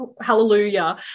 hallelujah